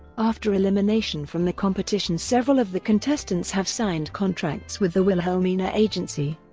after elimination from the competition several of the contestants have signed contracts with the wilhelmina agency,